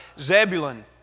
Zebulun